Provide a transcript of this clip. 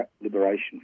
liberation